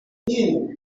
inter